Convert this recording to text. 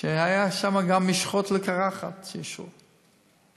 שהיו שם גם משחות לקרחת, שאישרו.